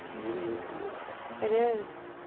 really is beautiful. it is.